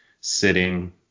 sitting